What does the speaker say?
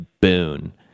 boon